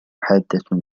حادة